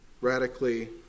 radically